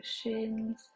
shins